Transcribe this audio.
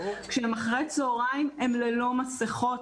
כשהם אחרי צוהריים, הם ללא מסכות.